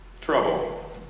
Trouble